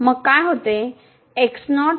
मग काय होते